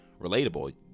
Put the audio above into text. relatable